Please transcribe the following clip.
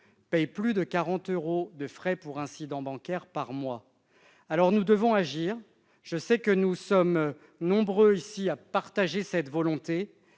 payent plus de 40 euros de frais pour incident par mois. Nous devons agir. Je sais que nous sommes nombreux à partager cette volonté.